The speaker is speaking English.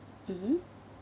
mmhmm